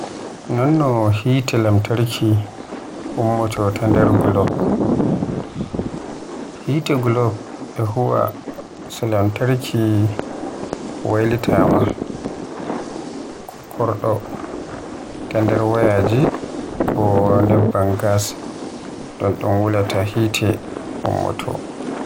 nonno hite lamtarki ummoto e nder gulop, hite gulof e huwa so lantarki waylitaama ko kordo, ta nder wayaaji ko nebban gas dun dan wulaata hite ummoto.